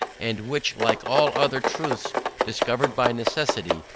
and which, like all other truths discovered by necessity,